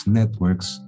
networks